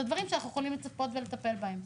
הדברים שאנחנו יכולים לצפות ולטפל בהם.